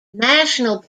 national